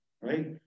right